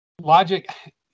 logic